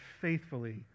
faithfully